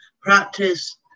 practice